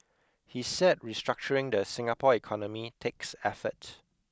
he said restructuring the Singapore economy takes effort